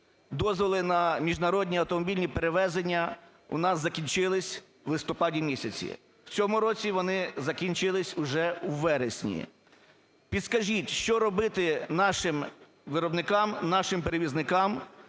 дозволи на міжнародні автомобільні перевезення у нас закінчилися у листопаді місяці, у цьому році вони закінчилися вже у вересні. Підкажіть, що робити нашим виробникам, нашим перевізникам,